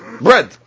Bread